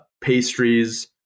pastries